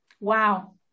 Wow